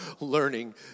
learning